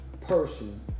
person